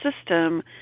system